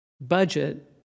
budget